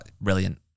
brilliant